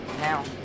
now